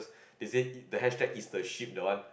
they say eat the hashtag is the ship the one